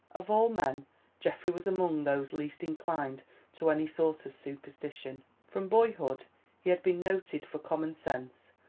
of all men geoffrey was among those least inclined to any sort of superstition from boyhood he had been noted for common sense,